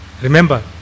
remember